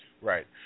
Right